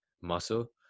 muscle